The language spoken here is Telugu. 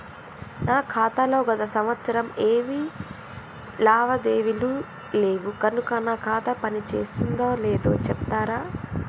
నా ఖాతా లో గత సంవత్సరం ఏమి లావాదేవీలు లేవు కనుక నా ఖాతా పని చేస్తుందో లేదో చెప్తరా?